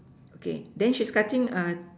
okay then she's cutting uh